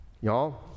Y'all